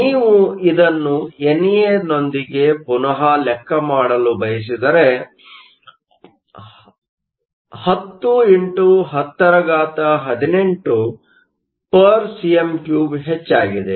ನೀವು ಇದನ್ನು ಎನ್ ಎಯೊಂದಿಗೆ ಪುನಃ ಲೆಕ್ಕ ಮಾಡಲು ಬಯಸಿದರೆ 10 x 1018 cm 3 ಹೆಚ್ಚಾಗಿದೆ